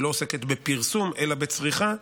היא לא עוסקת בפרסום אלא בצריכה,